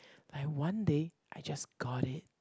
like one day I just got it